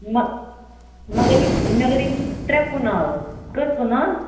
مہ مگر یہ مگر یِم چھِ ترٛےٚ کنال کٔژ کُنال